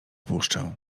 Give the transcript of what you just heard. puszczę